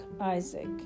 isaac